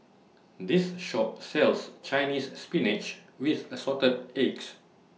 This Shop sells Chinese Spinach with Assorted Eggs